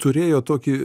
turėjo tokį